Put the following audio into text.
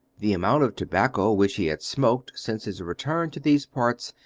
the amount of tobacco which he had smoked since his return to these parts,